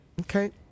Okay